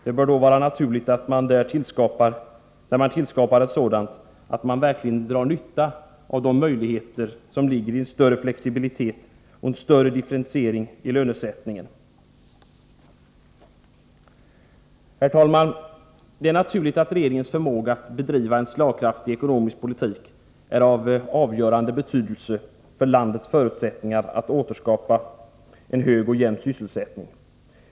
Det bör då vara naturligt att man, när man tillskapar ett sådant, verkligen drar nytta av de möjligheter som ligger i en större flexibilitet och en större differentiering av lönesättningen. Herr talman! Det är naturligt att regeringens förmåga att bedriva en slagkraftig ekonomisk politik är av avgörande betydelse för landets möjligheter att återskapa förutsättningar för hög och jämn sysselsättning.